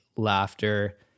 laughter